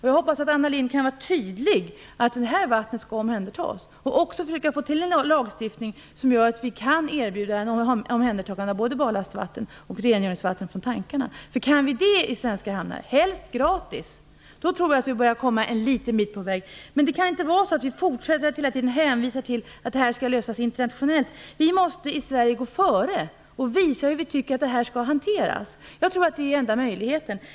Jag hoppas att Anna Lindh kan vara tydlig när det gäller att detta vatten skall omhändertas och att hon också försöker få till stånd en lagstiftning som gör att vi kan erbjuda omhändertagande av både barlastvatten och rengöringsvatten från tankarna. Om svenska hamnar kan göra detta, helst gratis, så tror jag att vi börjar komma en liten bit på väg. Men vi kan inte hela tiden fortsätta att hänvisa till att detta är något som skall lösas internationellt. Vi i Sverige måste gå före och visa hur vi tycker att detta skall hanteras. Jag tror att det är den enda möjligheten.